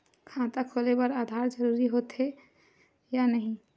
खाता खोले बार आधार जरूरी हो थे या नहीं?